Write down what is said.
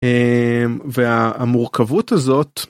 והמורכבות הזאת.